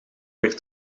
weer